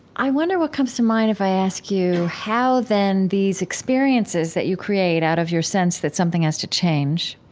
i wonder what comes to mind if i ask you how then these experiences that you create out of your sense that something has to change,